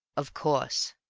of course.